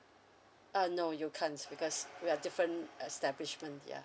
uh no you can't because we are different establishment ya